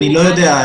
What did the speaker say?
אני לא יודע.